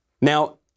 Now